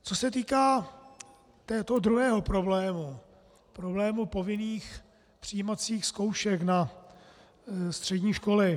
Co se týká toho druhého problému, problému povinných přijímacích zkoušek na střední školy.